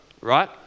right